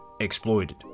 exploited